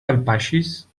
alpaŝis